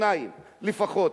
שניים לפחות,